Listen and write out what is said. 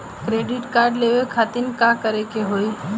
Credit card लेवे खातिर का करे के होई?